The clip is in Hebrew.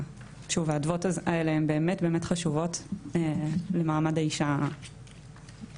שוב האדוות האלה הם באמת באמת חשובות למעמד האישה בכללי.